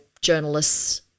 journalists